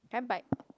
can I bite